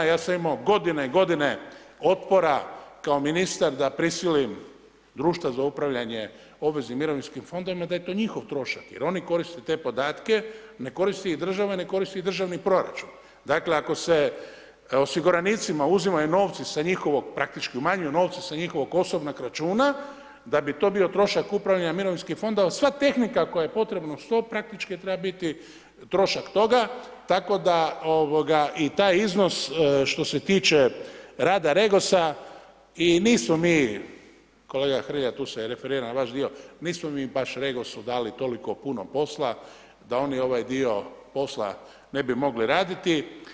Ja sam imao godine i godine otpora kao ministar da prisilim društva za upravljanje obveznim mirovinskim fondovima da je to njihov trošak jer oni koriste te podatke, ne koristi ih država i ne koristi ih državni proračun dakle ako se osiguranicima uzimaju novci sa njihovog, praktički manji novci sa njihovih osobnog računa, da bi to bio trošak upravljanja mirovinskih fondova, sva tehnika koja je potrebna uz to, praktički treba biti trošak toga, tako da i taj iznos što se tiče rada REGOS-a i nismo mi, kolega Hrelja tu se referiram na vaš dio, nismo mi baš REGOS-u dali toliko puno posla da oni ovaj dio posla ne bi mogli raditi.